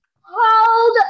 Hold